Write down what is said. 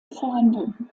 vorhanden